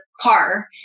car